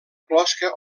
closca